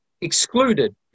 excluded